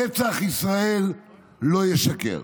נצח ישראל לא ישקר.